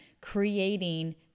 creating